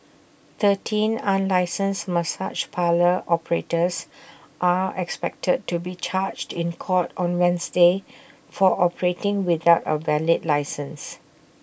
thirteen unlicensed massage parlour operators are expected to be charged in court on Wednesday for operating without A valid licence